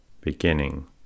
beginning